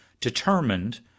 determined